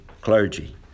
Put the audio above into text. clergy